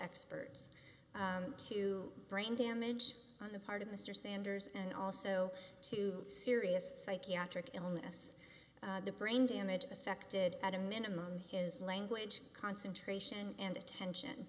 experts to brain damage on the part of mr sanders and also to serious psychiatric illness the brain damage affected at a minimum his language concentration and attention